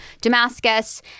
Damascus